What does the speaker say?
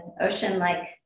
ocean-like